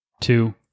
two